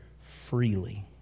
freely